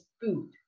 food